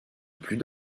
plus